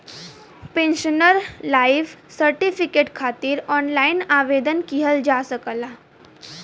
pensioner life certificate खातिर online आवेदन किहल जा सकला